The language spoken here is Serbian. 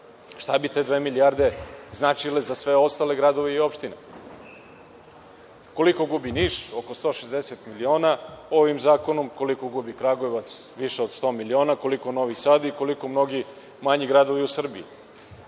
šta bi te dve milijarde značile za sve ostale gradove i opštine? Koliko gubi Niš? Oko 160 miliona, ovim zakonom. Koliko gubi Kragujevac? Više od 100 miliona. Koliko Novi Sad i koliko mnogo manji gradovi u Srbiji?